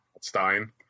Stein